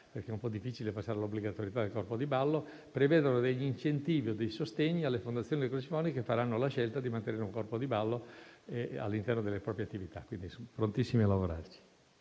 - è un po' difficile stabilire l'obbligatorietà del corpo di ballo -, prevedano degli incentivi o dei sostegni alle fondazioni lirico-sinfoniche, e queste ultime faranno la scelta di mantenere un corpo di ballo all'interno delle proprie attività. Siamo dunque prontissimi a lavorare